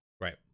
Right